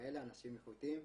כאלה אנשים איכותיים.